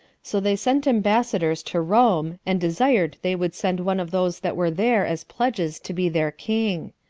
so they sent ambassadors to rome, and desired they would send one of those that were there as pledges to be their king.